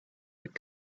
would